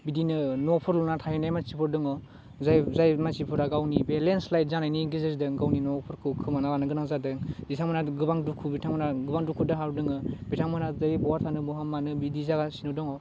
बिदिनो न'फोर लुना थाहैनाय मानसिफोर दङ जाय जाय मानसिफोरा गावनि बे लेन्डस्लाइट जानायनि गेजेरजों गावनि न'फोरखौ खोमाना लानो गोनां जादों बिथांमोनहा गोबां दुखु बिथांमोनहा गोबां दुखु दाहायाव दोङो बिथांमोनहा जेरै बहा थानो बहा मानो बिदि जागासिनो दङ